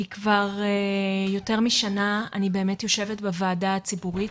כי כבר יותר משנה אני באמת יושבת בוועדה הציבורית